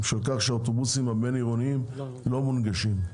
כי האוטובוסים הבין-עירוניים לא מונגשים.